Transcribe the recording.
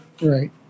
right